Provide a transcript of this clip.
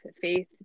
faith